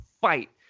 fight